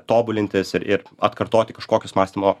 tobulintis ir ir atkartoti kažkokius mąstymo